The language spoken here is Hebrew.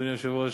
אדוני היושב-ראש,